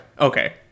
Okay